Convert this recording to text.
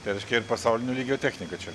tai reiškia ir pasaulinio lygio technika čia